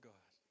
God